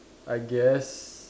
I guess